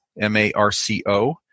M-A-R-C-O